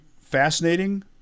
fascinating